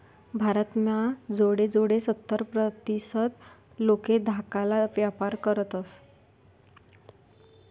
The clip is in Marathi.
भारत म्हा जोडे जोडे सत्तर प्रतीसत लोके धाकाला व्यापार करतस